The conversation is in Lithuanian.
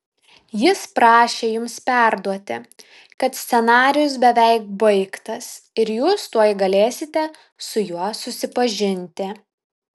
jis prašė jums perduoti kad scenarijus beveik baigtas ir jūs tuoj galėsite su juo susipažinti